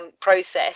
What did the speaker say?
process